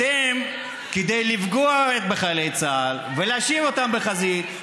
אתם, כדי לפגוע בחיילי צה"ל ולהשאיר אותם בחזית,